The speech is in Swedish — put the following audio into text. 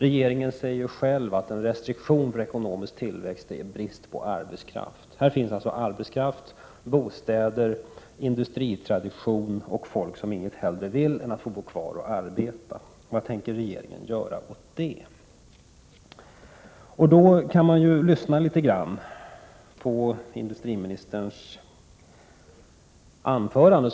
Regeringen säger ju själv att en restriktion för ekonomisk tillväxt är brist på arbetskraft. I dessa orter finns arbetskraft, bostäder, industritradition och folk som inget hellre vill än att få bo kvar och arbeta. Vad tänker regeringen göra åt det? Då kan man lyssna litet grand på industriministerns anförande.